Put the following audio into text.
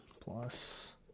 plus